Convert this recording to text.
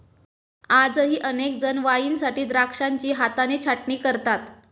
आजही अनेक जण वाईनसाठी द्राक्षांची हाताने छाटणी करतात